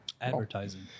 Advertising